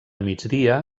migdia